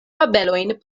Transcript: fabelojn